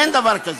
אין דבר כזה.